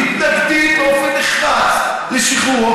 מתנגדים באופן חד לשחרורו,